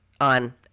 on